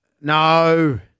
No